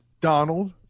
Donald